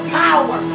power